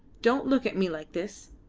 don't look at me like this.